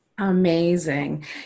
Amazing